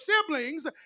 siblings